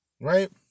Right